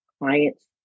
client's